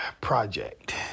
project